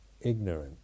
ignorant